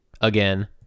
again